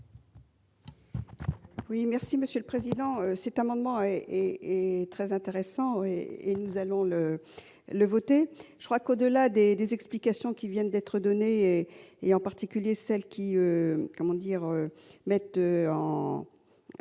Oui, merci Monsieur le Président, c'est un moment et et et très intéressant et et nous allons le le voter, je crois qu'au-delà des explications qui viennent d'être donnés, et en particulier celles qui comment dire